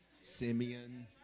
Simeon